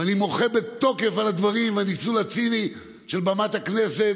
ואני מוחה בתוקף על הדברים ועל הניצול הציני של במת הכנסת,